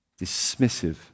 dismissive